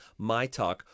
MyTalk